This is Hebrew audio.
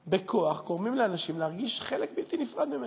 בכוח, גורמים לאנשים להרגיש חלק נפרד ממנה?